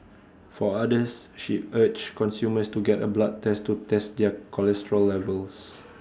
for others she urged consumers to get A blood test to test their cholesterol levels